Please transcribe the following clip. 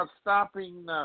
stopping